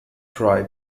try